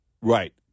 Right